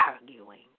arguing